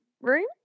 room